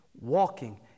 walking